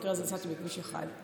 במקרה הזה נסעתי בכביש 1,